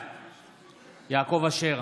בעד יעקב אשר,